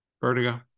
Vertigo